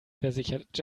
versichert